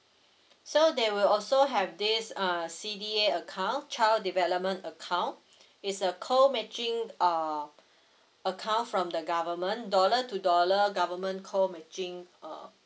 so they will also have this uh C_D_A account child development account it's a co matching uh account from the government dollar to dollar government co matching uh